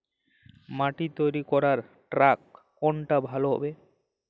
মাটি তৈরি করার ট্রাক্টর কোনটা ভালো হবে?